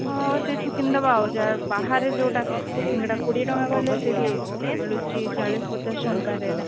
ହଁ ସେଇଠୁ କିଣି ଦେବା ଆଉ ଯାହା ବାହାରେ ଯେଉଁଟା ସିଙ୍ଗଡ଼ା କୋଡ଼ିଏ ଟଙ୍କା କହିଲେ ସେଇଠି ମିଳୁଛି ଚାଳିଶି ପଚାଶ ଟଙ୍କାରେ